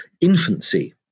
infancy